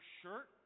shirt